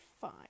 fine